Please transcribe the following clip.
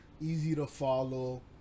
easy-to-follow